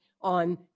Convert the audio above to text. on